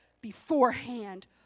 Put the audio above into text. beforehand